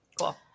Cool